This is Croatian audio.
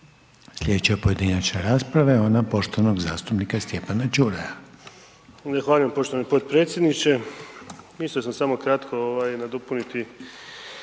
Slijedeća pojedinačna rasprava je ona poštovanog zastupnika Stjepana Ćuraja. **Čuraj, Stjepan (HNS)** Zahvaljujem poštovani potpredsjedniče. Mislio sam samo kratko nadopuniti